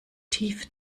tief